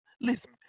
Listen